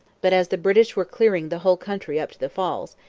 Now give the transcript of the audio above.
but as the british were clearing the whole country up to the falls,